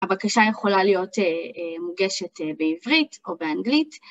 הבקשה יכולה להיות מוגשת בעברית או באנגלית.